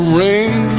rain